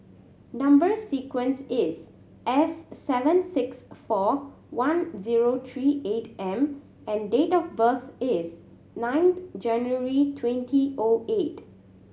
number sequence is S seven six four one zero three eight M and date of birth is nine January twenty O eight